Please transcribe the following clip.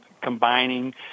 combining